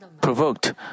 provoked